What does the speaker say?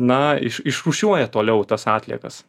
na iš išrūšiuoja toliau tas atliekas